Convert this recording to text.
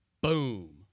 Boom